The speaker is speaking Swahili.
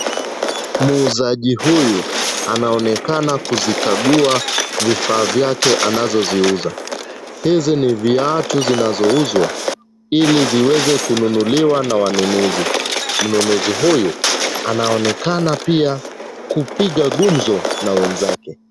Muuzaji huyu anaonekana kuzikagua vifaa vyake anazoziuza. Hizi ni viatu zinazouzwa ili ziweze kununuliwa na wanunuzi. Mnunuzi huyu anaonekana pia kupiga gumzo na wenzake.